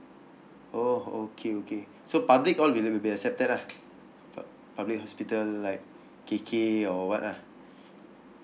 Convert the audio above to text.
oh okay okay so public all they will be accepted lah uh public hospital like K_K or what lah